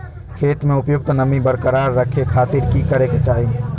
खेत में उपयुक्त नमी बरकरार रखे खातिर की करे के चाही?